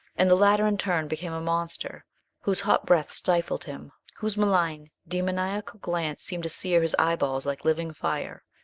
and the latter in turn became a monster whose hot breath stifled him, whose malign, demoniacal glance seemed to sear his eyeballs like living fire.